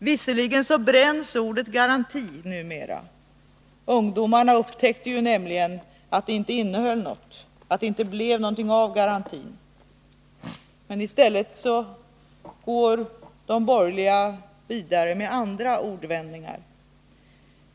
Visserligen bränns ordet garanti numera — ungdomarna upptäckte nämligen att det inte innehöll någonting, att det inte blev någonting av garantin. Men i stället går de borgerliga vidare med andra ordvändningar.